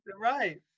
Right